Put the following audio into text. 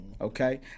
Okay